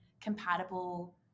compatible